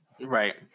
Right